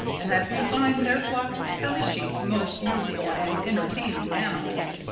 and that we find their flocks of silly sheep most useful and entertaining animals.